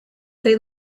they